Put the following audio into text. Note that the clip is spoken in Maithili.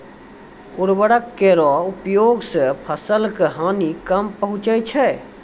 उर्वरक केरो प्रयोग सें फसल क हानि कम पहुँचै छै